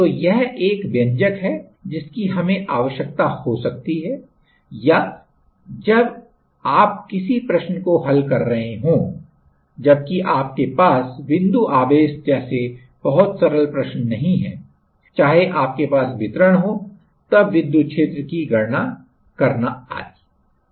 तो यह एक व्यंजक है जिसकी हमें आवश्यकता हो सकती है या जब आप किसी प्रश्न को हल कर रहे हों जबकि आपके पास बिंदु आवेश जैसे बहुत सरल प्रश्न नहीं है चाहे आपके पास वितरण हो तब विद्युत क्षेत्र की गणना करना आदि